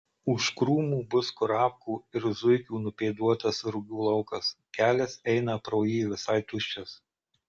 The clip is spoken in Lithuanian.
už krūmų bus kurapkų ir zuikių nupėduotas rugių laukas kelias eina pro jį visai tuščias